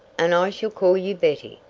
and i shall call you betty.